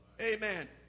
Amen